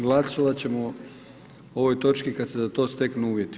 Glasovat ćemo o ovoj točki kada se za to steknu uvjeti.